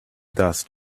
dust